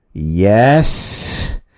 Yes